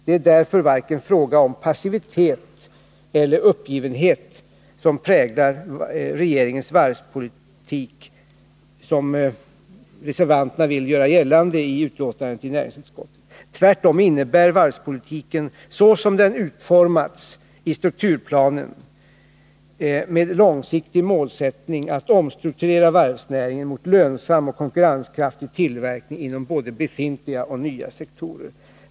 Det är därför varken ”passivitet” eller ”uppgivenhet” som präglar regeringens varvspolitik, som reservanterna i näringsutskottet vill göra gällande. Tvärtom innebär varvspolitiken, såsom den utformats i strukturplanen, en långsiktig målsättning att omstrukturera varvsnäringen mot lönsamhet och konkurrenskraftig tillverkning inom både befintliga och nya sektorer.